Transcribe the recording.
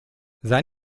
sei